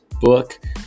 book